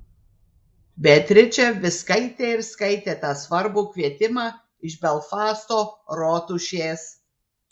beatričė vis skaitė ir skaitė tą svarbų kvietimą iš belfasto rotušės